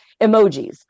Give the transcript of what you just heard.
emojis